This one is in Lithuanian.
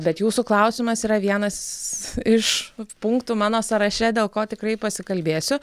bet jūsų klausimas yra vienas iš punktų mano sąraše dėl ko tikrai pasikalbėsiu